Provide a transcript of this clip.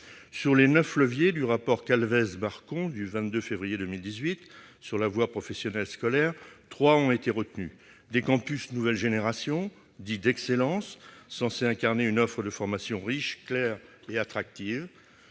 Sur les neuf leviers du rapport Calvez-Marcon du 22 février 2018 sur la voie professionnelle scolaire, trois ont été retenus : des campus de nouvelle génération, dits « d'excellence », censés incarner une offre de formation riche, claire et attractive